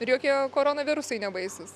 ir jokie koronavirusai nebaisūs